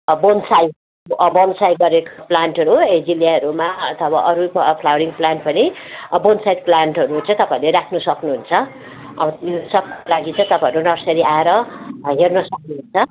bonsai bonsai गरेको प्लान्टहरू एजिलियाहरूमा अथवा अरू फ फ्लावरिङ प्लान्ट पनि बोनसाई प्लान्टहरू चाहिँ तपाईँहरूले राख्नु सक्नुहुन्छ यो सबको लागि चाहिँ तपाईँहरू नर्सरी आएर हेर्न सक्नुहुन्छ